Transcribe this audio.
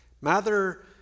Mather